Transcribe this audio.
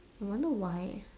I wonder why